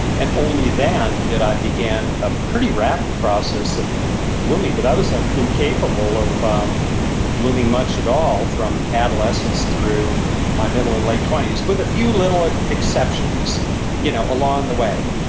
and only then did i began a pretty rapid process of blooming. but i was um incapable of um blooming much at all from adolescence through my middle and late twenties, with a few little like exceptions you know along the way.